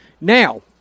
Now